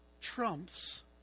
trumps